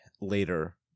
later